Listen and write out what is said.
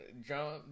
jump